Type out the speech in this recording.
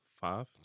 five